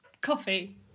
coffee